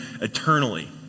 eternally